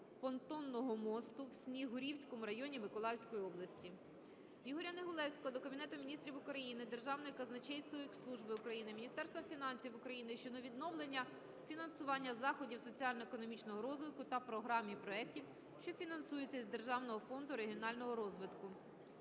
понтонного мосту в Снігурівському районі Миколаївської області. Ігоря Негулевського до Кабінету Міністрів України, Державної казначейської служби України, Міністерства фінансів України щодо відновлення фінансування заходів соціально-економічного розвитку та програм і проектів, що фінансуються із Державного фонду регіонального розвитку.